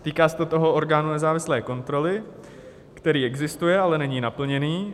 Týká se to orgánu nezávislé kontroly, který existuje, ale není naplněn.